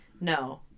No